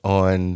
on